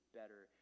better